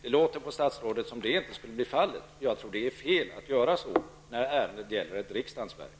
På statsrådet låter det som att så inte skall bli fallet nu. Jag tror att det är fel att hantera frågan på detta sätt när ärendet gäller ett av riksdagens verk.